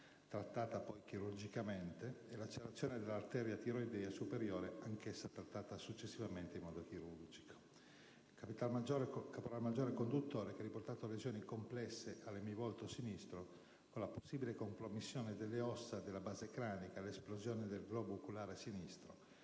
trattata chirurgicamente, lacerazione dell'arteria tiroidea superiore trattata chirurgicamente; un caporal maggiore conduttore che ha riportato lesioni complesse all'emivolto sinistro con possibile compromissione delle ossa della base cranica, l'esplosione del globo oculare sinistro,